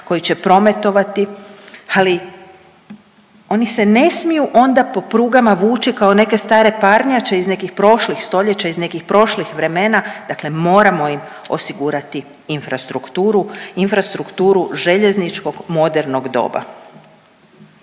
koji će prometovati, ali oni se ne smiju onda po prugama vuči kao neke stare parnjače iz nekih prošlih stoljeća, iz nekih prošlih vremena, dakle moramo im osigurati infrastrukturu, infrastrukturu željezničkog modernog doba.